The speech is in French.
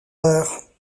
heures